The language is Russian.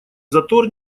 затор